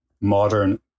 modern